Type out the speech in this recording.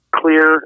clear